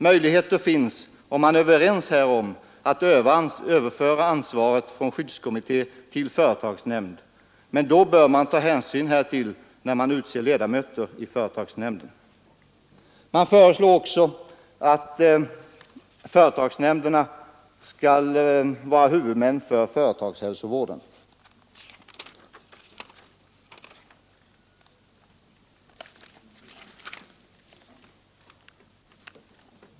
Möjligheter finns, om man är överens härom, att överföra ansvaret från skyddskommitté till företagsnämnd, men då bör man ta hänsyn härtill när man utser ledamöter i företagsnämnden. Det föreslås även i reservationen 4 att företagsnämnderna skall bli huvudmän för företagshälsovården.